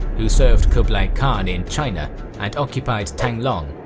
who served kublai khan in china and occupied thang-long,